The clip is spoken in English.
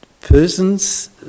Persons